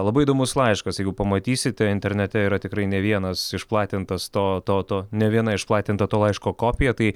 labai įdomus laiškas jeigu pamatysite internete yra tikrai ne vienas išplatintas to to to ne viena išplatinta to laiško kopija tai